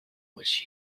which